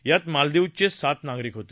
यात मालदीवचे सात नागरिक होते